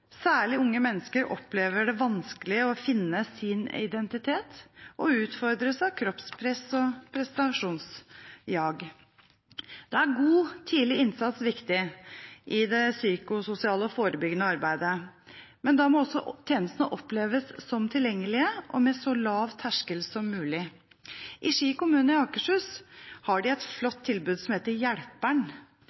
Særlig unge mennesker opplever det vanskelig å finne sin identitet og utfordres av kroppspress og prestasjonsjag. God, tidlig innsats er viktig i det psykososiale og forebyggende arbeidet. Men da må tjenestene oppleves som tilgjengelige og med så lav terskel som mulig. I Ski kommune i Akershus har de et flott tilbud som heter